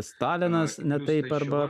stalinas ne taip arba